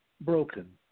broken